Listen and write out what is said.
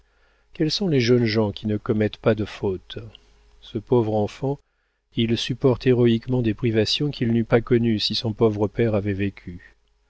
quels sont les jeunes gens qui ne commettent pas de fautes ce pauvre enfant il supporte héroïquement des privations qu'il n'eût pas connues si son pauvre père avait vécu